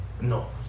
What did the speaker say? No